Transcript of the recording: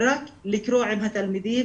רק לקרוא עם התלמידים.